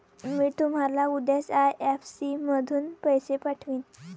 मी तुम्हाला उद्याच आई.एफ.एस.सी मधून पैसे पाठवीन